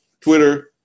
Twitter